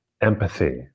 empathy